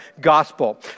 gospel